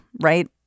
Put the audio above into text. right